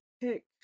pick